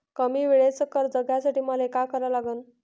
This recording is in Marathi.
कमी वेळेचं कर्ज घ्यासाठी मले का करा लागन?